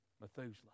Methuselah